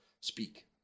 speak